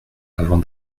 avant